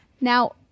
Now